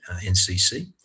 NCC